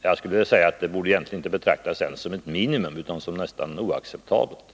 Jag skulle vilja säga att det borde betraktas inte ens som ett minimum utan som någonting nästan oacceptabelt.